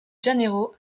janeiro